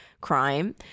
crime